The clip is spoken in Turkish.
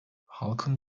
halkın